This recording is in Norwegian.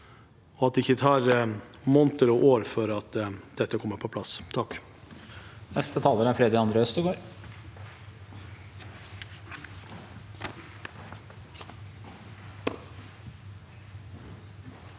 og at det ikke tar måneder og år før dette kommer på plass.